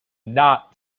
not